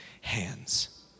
hands